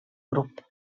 grup